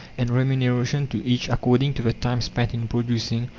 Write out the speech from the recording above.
and remuneration to each according to the time spent in producing,